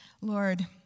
Lord